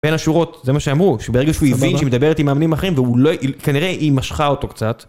בין השורות, זה מה שאמרו, שברגע שהוא הבין שהיא מדברת עם מאמנים האחרים, כנראה היא משכה אותו קצת.